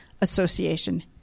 association